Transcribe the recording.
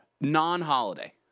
Non-holiday